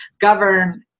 govern